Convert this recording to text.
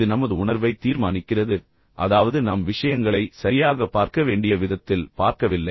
இது நமது உணர்வை தீர்மானிக்கிறது அதாவது நாம் விஷயங்களை சரியாக பார்க்க வேண்டிய விதத்தில் பார்க்கவில்லை